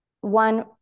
one